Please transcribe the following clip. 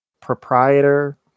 proprietor